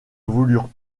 voulurent